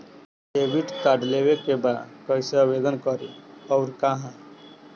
Debit card लेवे के बा कइसे आवेदन करी अउर कहाँ?